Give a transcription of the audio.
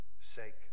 sake